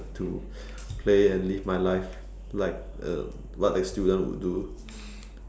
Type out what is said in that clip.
to play and live my life like uh what a student would do